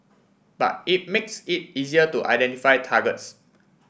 but it makes it easier to identify targets